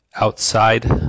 outside